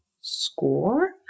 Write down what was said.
score